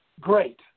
Great